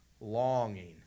longing